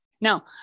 Now